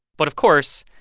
but, of course,